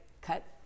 cut